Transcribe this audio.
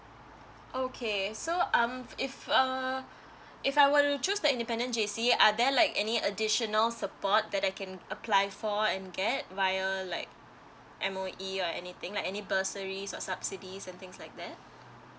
okay so um if uh if I were to choose the independent J_C are there like any additional support that I can apply for and get via like M_O_E or anything like any bursaries or subsidies and things like that